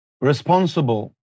responsible